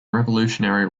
revolutionary